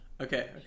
Okay